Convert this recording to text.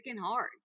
hard